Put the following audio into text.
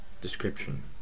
Description